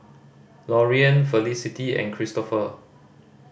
Loriann Felicity and Cristopher